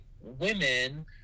women